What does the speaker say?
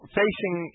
facing